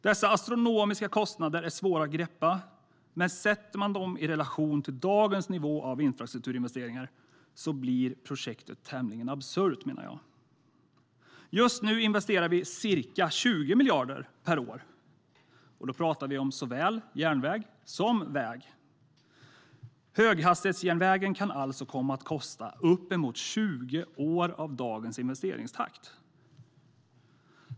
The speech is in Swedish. Dessa astronomiska kostnader är svåra att greppa, men sätter man dem i relation till dagens nivå på infrastrukturinvesteringarna blir projektet tämligen absurt, menar jag. Just nu investerar vi ca 20 miljarder per år i järnväg och väg. Kostnaderna för höghastighetsjärnvägen kan alltså komma att motsvara det vi investerar under uppemot 20 år med dagens investeringstakt.